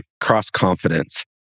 cross-confidence